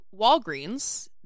Walgreens